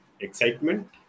excitement